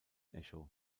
echo